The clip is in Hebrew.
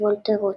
וולטר רוטשילד.